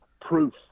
proof